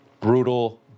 brutal